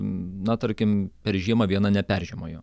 na tarkim per žiemą viena neperžiemojo